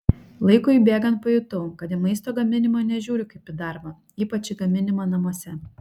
laikui bėgant pajutau kad į maisto gaminimą nežiūriu kaip į darbą ypač į gaminimą namuose